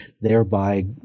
thereby